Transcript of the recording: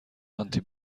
آنتی